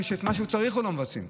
כשאת מה שצריך הם לא מבצעים?